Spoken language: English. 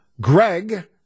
Greg